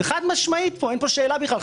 חד משמעית אין פה שאלה בכלל,